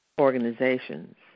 organizations